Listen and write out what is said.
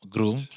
Groom